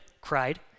cried